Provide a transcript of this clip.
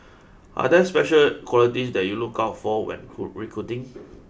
are there special qualities that you look out for when recruiting